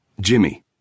Jimmy